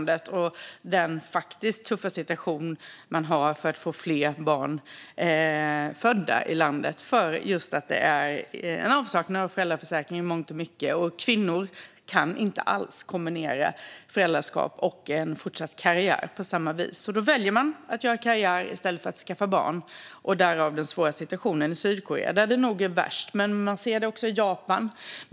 Det är en tuff situation när man vill att fler barn ska födas i landet trots avsaknad av föräldraförsäkring. Kvinnor kan inte alls kombinera föräldraskap och fortsatt karriär, och då väljer de att göra karriär i stället för att skaffa barn - därav den svåra situationen i Sydkorea. Det är nog där det är värst, men man ser det också i Japan.